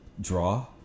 draw